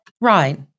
right